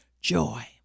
joy